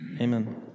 amen